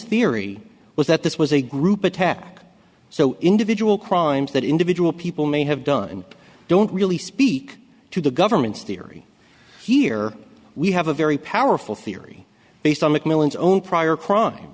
theory was that this was a group attack so individual crimes that individual people may have done and don't really speak to the government's theory here we have a very powerful theory based on macmillan's own prior crime